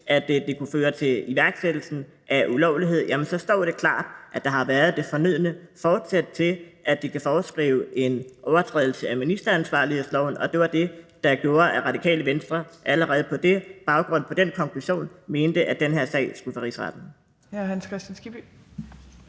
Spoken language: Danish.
at det kunne føre til iværksættelsen af ulovlighed, står det klart, at der har været det fornødne forsæt til, at de kan foreskrive en overtrædelse af ministeransvarlighedsloven, og det var det, der gjorde, at Radikale Venstre allerede på baggrund af den konklusion mente, at den her sag skulle for Rigsretten.